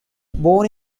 born